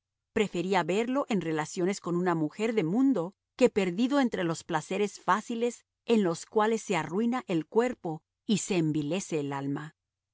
prefería verlo en relaciones con una mujer de mundo que perdido entre los placeres fáciles en los cuales se arruina el cuerpo y se envilece el alma